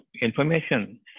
information